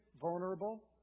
vulnerable